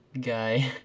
guy